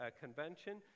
convention